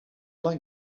like